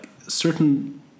certain